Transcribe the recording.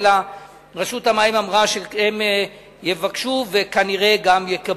רשות המים אמרה שהם יבקשו וכנראה גם יקבלו.